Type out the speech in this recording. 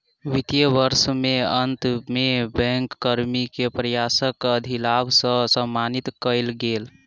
वित्तीय वर्ष के अंत में बैंक कर्मी के प्रयासक अधिलाभ सॅ सम्मानित कएल गेल